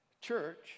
church